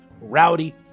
rowdy